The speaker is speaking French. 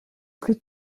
plus